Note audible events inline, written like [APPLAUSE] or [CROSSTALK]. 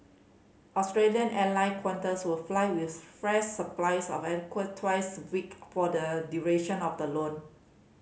Australian airline Qantas will fly with fresh supplies of [UNINTELLIGIBLE] twice a week for the duration of the loan